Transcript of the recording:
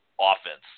offense